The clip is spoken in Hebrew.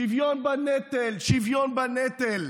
שוויון בנטל, שוויון בנטל,